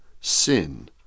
sin